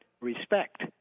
respect